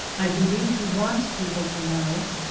i be lieve he wants people to know,